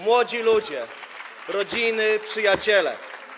Młodzi ludzie, rodziny, przyjaciele.